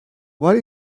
what